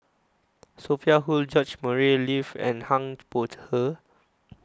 Sophia Hull George Murray and